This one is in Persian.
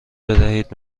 بدهید